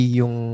yung